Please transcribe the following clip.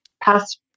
past